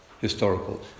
historical